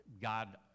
God